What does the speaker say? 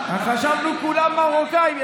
חשבנו כולם מרוקאים,